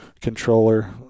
controller